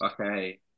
Okay